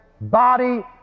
body